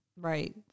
Right